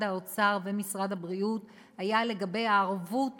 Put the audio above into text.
האוצר ומשרד הבריאות היה לגבי הערבות